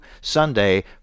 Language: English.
Sunday